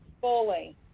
Fully